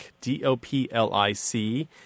D-O-P-L-I-C